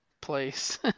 place